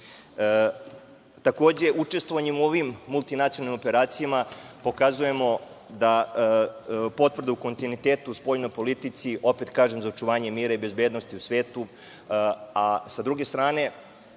Takođe, učestvovanjem u ovim multinacionalnim operacijama pokazujemo da potvrda u kontinuitetu u spoljnoj politici, opet kažem, za očuvanje mira i bezbednosti u svetu, a sa druge strane,